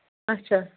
اچھا